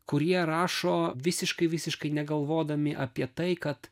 kur jie rašo visiškai visiškai negalvodami apie tai kad